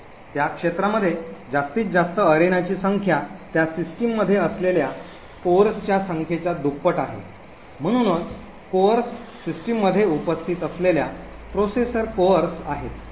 त्या क्षेत्रामध्ये जास्तीत जास्त अरेनाची संख्या त्या सिस्टममध्ये असलेल्या कोरच्या संख्येच्या दुप्पट आहे म्हणूनच कोर सिस्टममध्ये उपस्थित असलेल्या प्रोसेसर कोर आहेत